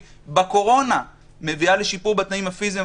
בתקופת הקורונה מביאים לשיפור בתנאים הפיזיים,